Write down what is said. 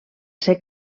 ser